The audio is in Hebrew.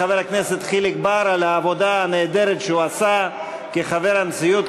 לחבר הכנסת חיליק בר על העבודה הנהדרת שהוא עשה כחבר הנשיאות,